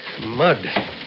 Mud